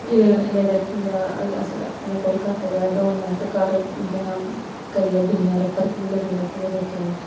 एह्दे नै गै अस डाक्टरें कोल घट्ट गै दौड़ने आं ते घर जि'यां करियै दिन्ने आं ते फर्क बी लग्गी जंदा साढ़े बच्चें गी